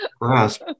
grasp